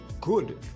good